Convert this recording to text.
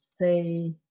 say